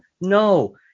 No